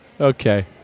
Okay